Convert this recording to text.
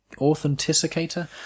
authenticator